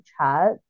chat